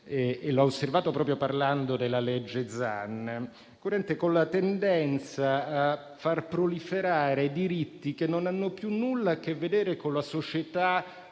su «Repubblica», proprio parlando del disegno di legge Zan - con la tendenza a far proliferare diritti che non hanno più nulla a che vedere con la società